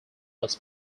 was